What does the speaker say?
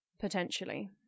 Potentially